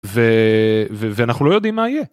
ו... ו, ואנחנו לא יודעים מה יהיה.